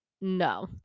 no